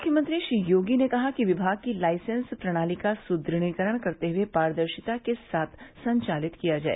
मुख्यमंत्री श्री योगी ने कहा कि विभाग की लाइसेन्स प्रणाली का सुद्रढ़ीकरण करते हुए पारदर्शिता के साथ संचालित किया जाए